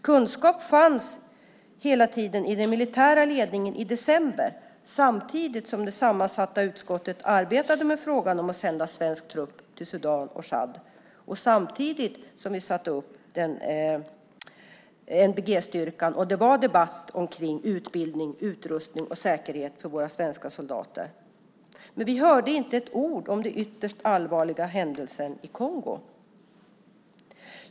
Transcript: Kunskap fanns hela tiden i den militära ledningen i december, samtidigt som det sammansatta utskottet arbetade med frågan om att sända svensk trupp till Sudan och Tchad - samtidigt som NBG-styrkan sattes ihop och det var debatt om utbildning, utrustning och säkerhet för våra svenska soldater. Vi hörde inte ett ord om den ytterst allvarliga händelsen i Kongo.